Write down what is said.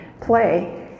play